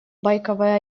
байковое